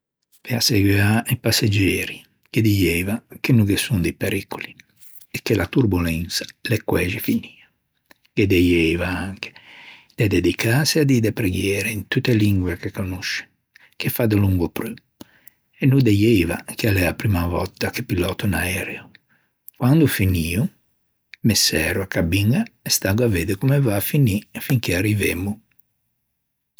Pe asseguâ i passeggeri ghe dieiva che no ghe son di pericoli e che a torbolensa l'é quæxi finio. Ghe dieiva anche de dedicâse a dî de preghiere in tutte e lingue che conoscian, che fa delongo pro e no dieiva che l'é a primma vòtta che pilòtto un aereo. Quande ò finio me særo a cabiña e staggo a vedde comme a va à finî finché arrivemmo.